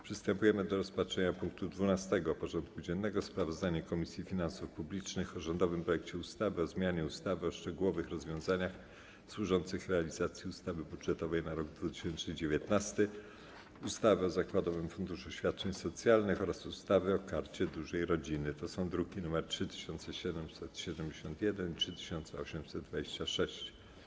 Przystępujemy do rozpatrzenia punktu 12. porządku dziennego: Sprawozdanie Komisji Finansów Publicznych o rządowym projekcie ustawy o zmianie ustawy o szczególnych rozwiązaniach służących realizacji ustawy budżetowej na rok 2019, ustawy o zakładowym funduszu świadczeń socjalnych oraz ustawy o Karcie Dużej Rodziny (druki nr 3771 i 3826)